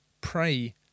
pray